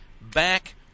back